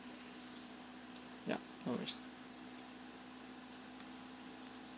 yup of course